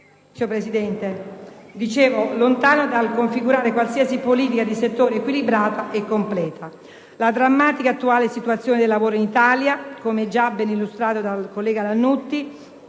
lo pone insomma lontano dal configurare qualsiasi politica di settore equilibrata e completa. La drammatica attuale situazione del lavoro in Italia, caratterizzata, come già ben illustrato dal collega Lannutti,